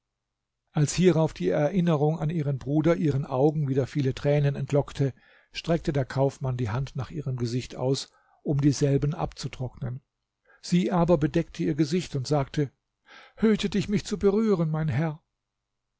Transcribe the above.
als hierauf die erinnerung an ihren bruder ihren augen wieder viele tränen entlockte streckte der kaufmann die hand nach ihrem gesicht aus um dieselben abzutrocknen sie aber bedeckte ihr gesicht und sagte hüte dich mich zu berühren mein herr